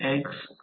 तर ते म्हणजे 0